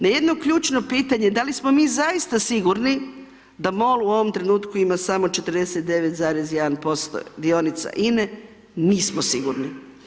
Na jedno ključno pitanje, da li smo mi zaista sigurni da MOL, u ovom trenutku ima samo, 49,1% dionica INA-e, nismo sigurni.